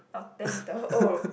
oh ten meter oh